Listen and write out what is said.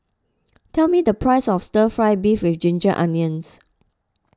tell me the price of Stir Fry Beef with Ginger Onions